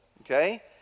okay